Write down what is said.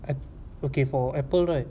and okay for apple right